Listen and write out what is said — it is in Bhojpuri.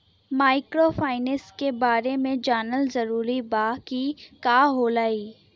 माइक्रोफाइनेस के बारे में जानल जरूरी बा की का होला ई?